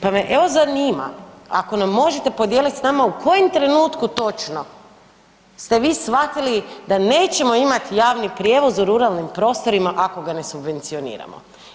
Pa me evo zanima ako nam možete podijeliti sa nama u kojem trenutku točno ste vi shvatili da nećemo imati javni prijevoz u ruralnim prostorima ako ga ne subvencioniramo.